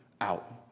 out